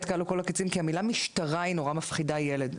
שכלו כל הקצים כי המילה "משטרה" נורא מפחידה ילד.